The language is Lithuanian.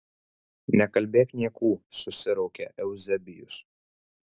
nekalbėk niekų susiraukė euzebijus